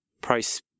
price